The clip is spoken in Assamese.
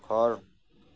ঘৰ